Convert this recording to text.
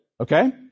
okay